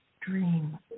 dream